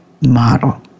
model